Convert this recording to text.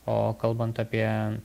o kalbant apie